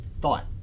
thought